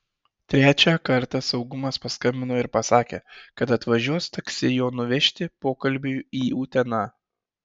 trečią kartą saugumas paskambino ir pasakė kad atvažiuos taksi jo nuvežti pokalbiui į uteną